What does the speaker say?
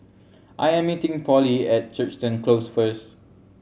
I am meeting Polly at Crichton Close first